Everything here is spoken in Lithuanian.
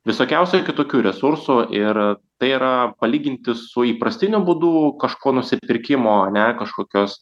visokiausių kitokių resursų ir tai yra palyginti su įprastiniu būdu kažko nusipirkimo ane kažkokios